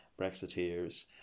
Brexiteers